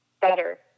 better